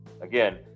Again